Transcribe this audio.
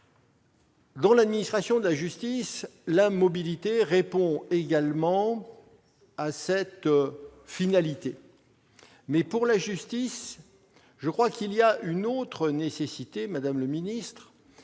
Dans l'administration de la justice, la mobilité répond également à cette finalité. Mais, pour la justice, je crois qu'il y a une autre nécessité dans la mobilité